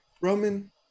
roman